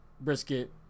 brisket